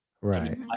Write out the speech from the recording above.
Right